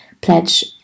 pledge